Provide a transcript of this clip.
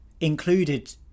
included